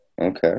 Okay